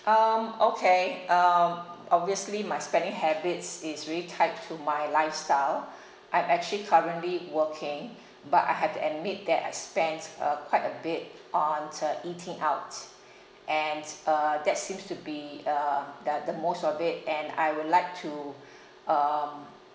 um okay um obviously my spending habits is really tied to my lifestyle I'm actually currently working but I have to admit that I spend uh quite a bit on uh eating out and uh that seems to be uh uh um the the most of it and I would like to um